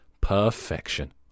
perfection